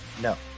No